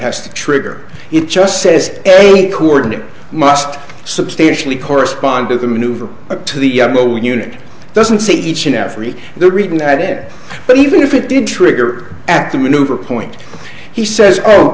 has to trigger it just says a coordinate must substantially correspond to the maneuver to the yellow unit doesn't say each and every the reading that it but even if it did trigger at the maneuver point he says